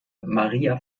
maria